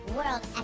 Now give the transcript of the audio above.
World